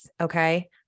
okay